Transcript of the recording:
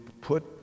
put